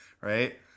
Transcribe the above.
right